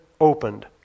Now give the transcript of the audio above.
opened